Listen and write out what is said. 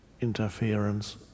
interference